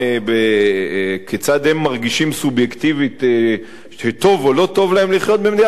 כיצד הם מרגישים סובייקטיבית שטוב או לא טוב להם לחיות במדינת ישראל,